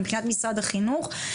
מבחינת משרד החינוך.